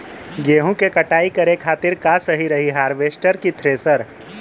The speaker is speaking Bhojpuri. गेहूँ के कटाई करे खातिर का सही रही हार्वेस्टर की थ्रेशर?